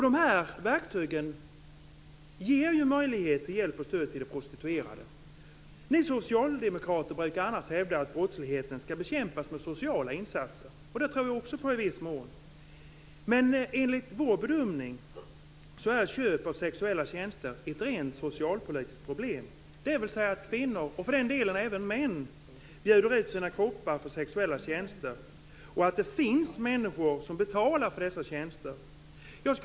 De här verktygen ger möjlighet till hjälp och stöd till de prostituerade. Ni socialdemokrater brukar annars hävda att brottsligheten skall bekämpas med sociala insatser. Det tror jag också på i viss mån. Men enligt vår bedömning är köp av sexuella tjänster ett rent socialpolitiskt problem. Det handlar alltså om att kvinnor och för den delen även män bjuder ut sina kroppar för sexuella tjänster och att det finns människor som betalar för dessa tjänster.